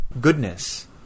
goodness